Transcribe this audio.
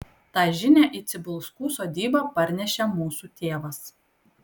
tą žinią į cibulskų sodybą parnešė mūsų tėvas